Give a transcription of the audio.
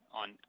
on